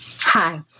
Hi